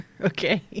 okay